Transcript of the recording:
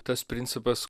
tas principas